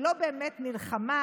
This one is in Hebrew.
היא לא באמת נלחמה,